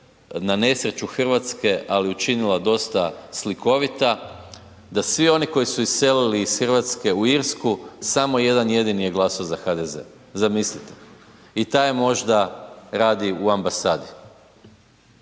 na nesreću Hrvatske, ali učinila dosta slikovita, da svi oni koji su iselili iz Hrvatske u Irsku samo jedan jedini je glasao za HDZ, zamislite i taj možda radi u ambasadi.